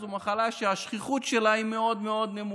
זו מחלה שהשכיחות שלה מאוד מאוד נמוכה,